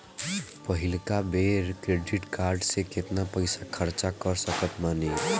पहिलका बेर credit card से केतना पईसा खर्चा कर सकत बानी?